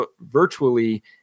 virtually